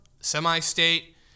semi-state